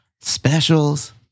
specials